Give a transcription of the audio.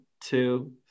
two